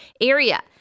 area